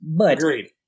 Agreed